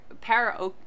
para